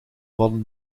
vallen